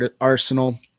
arsenal